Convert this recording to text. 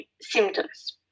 symptoms